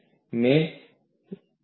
અહીં મેં 1